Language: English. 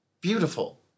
beautiful